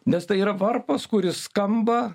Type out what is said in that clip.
nes tai yra varpas kuris skamba